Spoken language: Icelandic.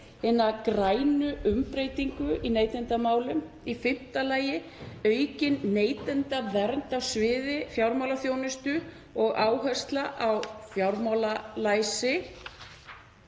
hina grænu umbreytingu í neytendamálum. Í fimmta lagi aukin neytendavernd á sviði fjármálaþjónustu og áhersla á fjármálalæsi.